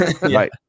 Right